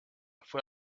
fue